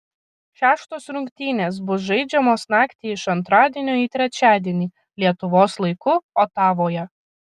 šeštos rungtynės bus žaidžiamos naktį iš antradienio į trečiadienį lietuvos laiku otavoje